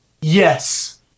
Yes